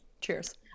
cheers